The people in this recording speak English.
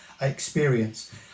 experience